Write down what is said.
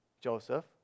Joseph